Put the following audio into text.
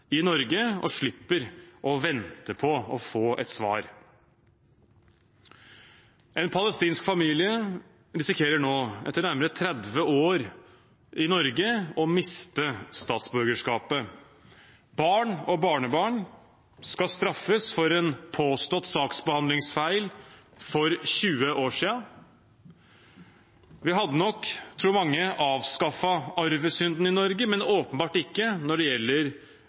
i Norge og slipper å vente på å få et svar. En palestinsk familie risikerer nå – etter nærmere 30 år i Norge – å miste statsborgerskapet. Barn og barnebarn skal straffes for en påstått saksbehandlingsfeil for 20 år siden. Vi hadde, tror mange, avskaffet arvesynden i Norge, men åpenbart ikke når det gjelder